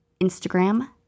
Instagram